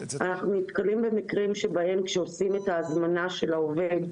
אנחנו נתקלים במקרים בהם כאשר עושים את ההזמנה של העובד,